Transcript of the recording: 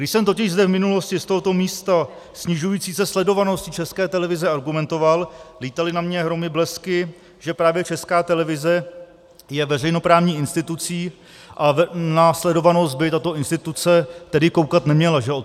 Když jsem totiž zde v minulosti z tohoto místa snižující se sledovaností České televize argumentoval, lítaly na mě hromy blesky, že právě Česká televize je veřejnoprávní institucí a na sledovanost by tato instituce tedy koukat neměla, že jo.